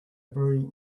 very